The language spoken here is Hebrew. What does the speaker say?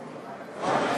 אה,